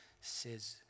says